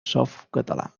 softcatalà